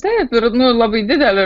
taip ir labai didelį